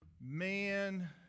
man